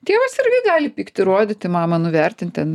tėvas irgi gali pyktį rodyti mamą nuvertint ten